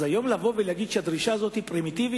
אז לבוא היום ולהגיד שהדרישה הזאת פרימיטיבית?